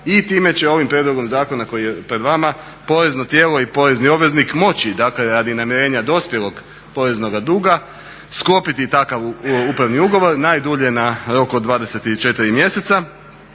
i time će ovim prijedlogom zakona koji je pred vama porezno tijelo i porezni obveznik moći, dakle radi namirenja dospjelog poreznoga duga sklopiti i takav upravni ugovor najdublje na rok od 24 mjeseca